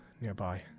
nearby